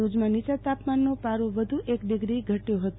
ભુજમાં નીયા તાપમાનનનો પારો વધુ એક ડીગ્રી ઘટ્યો હતો